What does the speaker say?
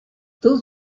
those